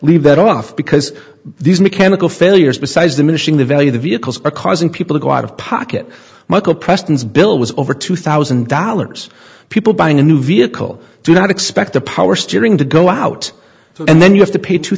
leave that off because these mechanical failures besides the machine devalue the vehicles are causing people to go out of pocket michael preston's bill was over two thousand dollars people buying a new vehicle do not expect the power steering to go out and then you have to pay two